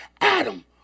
Adam